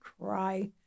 cry